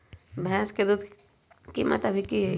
भैंस के दूध के कीमत अभी की हई?